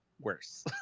worse